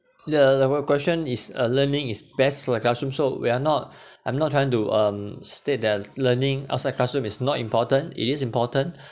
the the the what question is uh learning is best to the classroom so we are not I'm not trying to um state that learning outside classroom is not important it is important